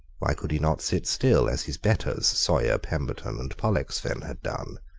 why could he not sit still as his betters, sawyer, pemberton, and pollexfen had done?